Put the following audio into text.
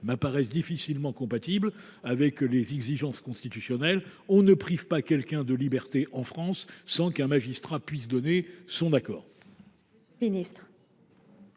me paraissent difficilement compatibles avec les exigences constitutionnelles. On ne prive pas quelqu’un de liberté, en France, sans qu’un magistrat donne son accord.